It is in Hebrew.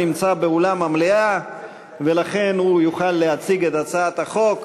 נמצא באולם המליאה ולכן הוא יוכל להציג את הצעת החוק.